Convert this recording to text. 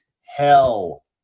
hell